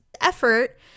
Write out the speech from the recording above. effort